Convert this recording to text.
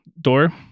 door